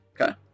Okay